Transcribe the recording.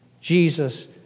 Jesus